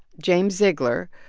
james ziglar,